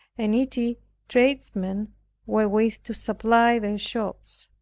and needy tradesmen wherewith to supply their shops.